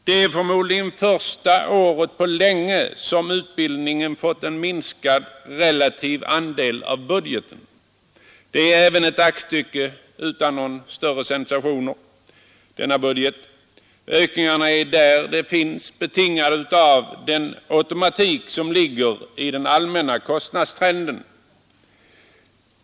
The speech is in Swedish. Det är förmodligen första året på länge som utbildningen har fått en minskad relativ andel av budgeten, och utbildningshuvudtiteln är också ett aktstycke utan större sensationer. Där ökningar finns är de betingade av den automatik som ligger i den allmänna kostnadstrenden.